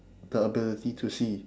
the ability to see